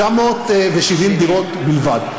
970 דירות בלבד.